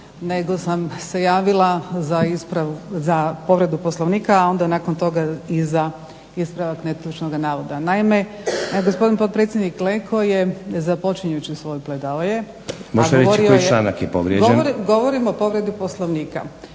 nego sam se ispravila za povredu Poslovnika, a onda nakon toga i za ispravak netočnoga navoda. Naime, gospodin potpredsjednik Leko je započinjući svoj pledoaje a govorio je … **Stazić,